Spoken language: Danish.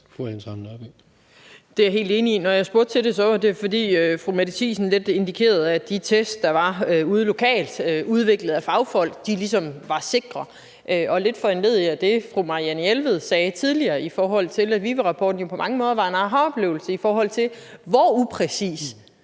Det er jeg helt enig i. Når jeg spurgte til det, var det, fordi fru Mette Thiesen lidt indikerede, at de test, der er ude lokalt, udviklet af fagfolk, ligesom er sikre. Og foranlediget af det, fru Marianne Jelved sagde tidligere, i forhold til at VIVE-rapporten jo på mange måder var en ahaoplevelse af, hvor upræcis